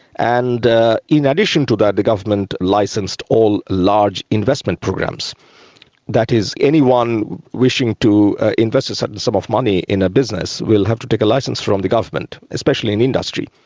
and in addition to that, the government licensed all large investment programs that is, anyone wishing to invest a certain sum of money in a business will have to take a licence from the government, especially in industry.